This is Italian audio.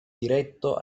diretto